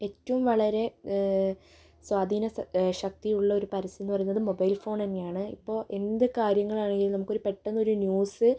ഏറ്റോം വളരെ സ്വാധീന സ് ശക്തിയുള്ളൊരു പരസ്യംന്നു പറയുന്നത് മൊബൈൽ ഫോണെന്നെയാണ് ഇപ്പോൾ എന്ത് കാര്യങ്ങളാണെങ്കിലും നമുക്കൊരു പെട്ടെന്നൊരു ന്യൂസ്